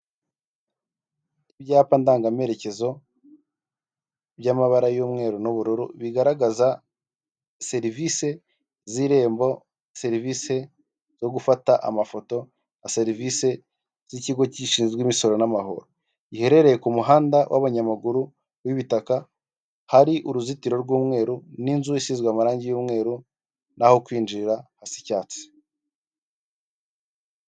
Ikibuga gikinirwamo umukino w'amaboko arimo voreboru, imbere yacyo hakaba hari amazu yubatse mu bwoko bumwe agiye atandukanye, n'ibiti biyakikije n'izindi ndabo ziri ku ruhande rw'ikibuga n'ibyatsi.